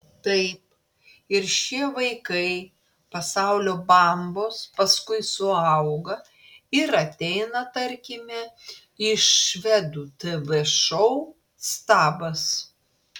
taip ir šie vaikai pasaulio bambos paskui suauga ir ateina tarkime į švedų tv šou stabas